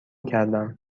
کردم